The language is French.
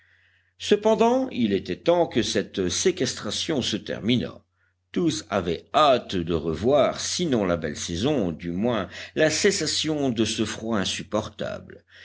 cependant il était temps que cette séquestration se terminât tous avaient hâte de revoir sinon la belle saison du moins la cessation de ce froid insupportable